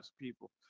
people